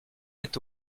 est